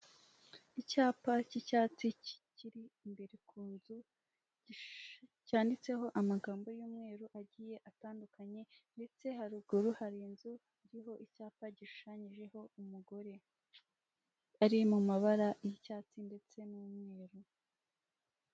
Icyapa k'icyatsi kiri imbere ku nzu cyanditseho amagambo y'umweru agiye atandukanye ndetse haruguru hari inzu iriho icyapa gishushanyijeho umugore ari mu mabara y'icyatsi ndetse n'umweru.